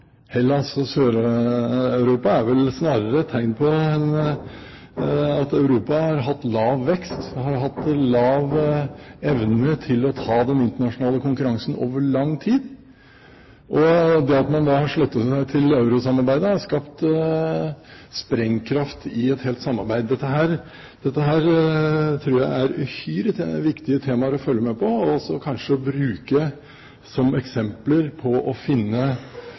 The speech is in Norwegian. er vel snarere tegn på at Europa har hatt lav vekst og lav evne til å ta den internasjonale konkurransen over lang tid, og det at man har sluttet seg til eurosamarbeidet, har skapt sprengkraft i et helt samarbeid. Dette tror jeg er uhyre viktige temaer å følge med på og kanskje også å bruke som eksempler på forskning, slik at man kan finne